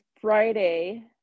Friday